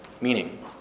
meaning